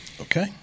Okay